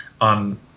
on